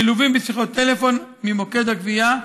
מלווים בשיחות טלפון ממוקד הגבייה,